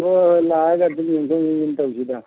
ꯍꯣꯏ ꯂꯥꯛꯑꯒ ꯑꯗꯨꯝ ꯌꯦꯡꯊꯣꯛ ꯌꯦꯡꯁꯤꯟ ꯇꯧꯁꯤꯗ